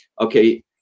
okay